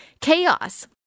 chaos